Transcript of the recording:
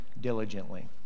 diligently